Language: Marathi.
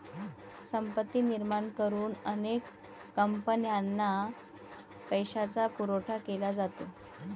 संपत्ती निर्माण करून अनेक कंपन्यांना पैशाचा पुरवठा केला जातो